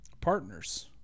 partners